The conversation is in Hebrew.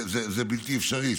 זה בלתי אפשרי,